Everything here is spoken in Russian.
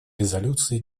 резолюции